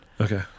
Okay